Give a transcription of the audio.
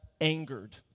angered